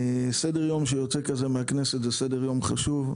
סדר יום כזה שיוצא מהכנסת זה סדר יום חשוב,